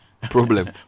problem